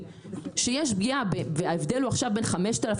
כי זה לא עוזר לתחרות.